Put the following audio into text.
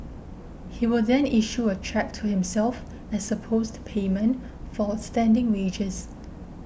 he will then issue a cheque to himself as supposed payment for outstanding wages